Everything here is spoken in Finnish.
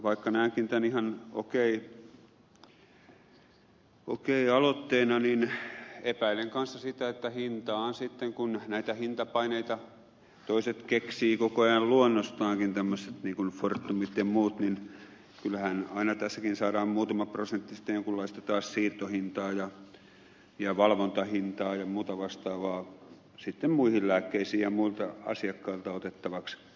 vaikka näenkin tämän ihan okei aloitteena niin epäilen kanssa sitä että hintaan sitten kun näitä hintapaineita toiset keksivät koko ajan luonnostaankin tämmöiset fortumit ja muut niin kyllähän aina tässäkin saadaan muutama prosentti sitten taas jonkinlaista siirtohintaa ja valvontahintaa ja muuta vastaavaa sitten muihin lääkkeisiin ja muilta asiakkailta otettavaksi